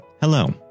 hello